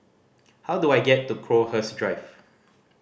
how do I get to Crowhurst Drive